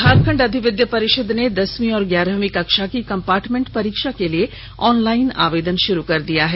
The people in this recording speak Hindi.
झारखंड अधिविद्य परिषद ने दसवीं और ग्यारहवीं कक्षा की कंपार्टमेंट परीक्षा के लिए ऑनलाइन आवेदन शुरू कर दिया है